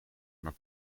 maar